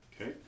Okay